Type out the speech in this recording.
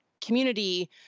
community